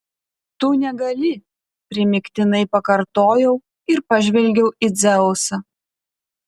tu negali primygtinai pakartojau ir pažvelgiau į dzeusą